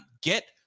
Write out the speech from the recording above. get